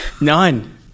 None